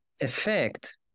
effect